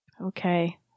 Okay